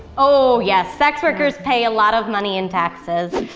oh yes, sex workers pay a lot of money in taxes.